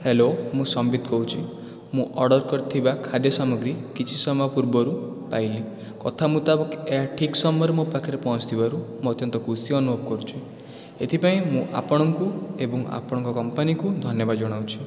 hello ମୁଁ ସମ୍ବିତ କହୁଛି ମୁଁ ଅର୍ଡ଼ର୍ କରିଥିବା ଖାଦ୍ୟସାମଗ୍ରୀ କିଛି ସମୟ ପୂର୍ବରୁ ପାଇଲି କଥା ମୁତାବକ ଏହା ଠିକ୍ ସମୟରେ ମୋ ପାଖରେ ପହଞ୍ଚିଥିବାରୁ ମୁଁ ଅତ୍ୟନ୍ତ ଖୁସି ଅନୁଭବ କରୁଛି ଏଥିପାଇଁ ମୁଁ ଆପଣଙ୍କୁ ଏବଂ ଆପଣଙ୍କ କମ୍ପାନୀକୁ ଧନ୍ୟବାଦ ଜଣାଉଛି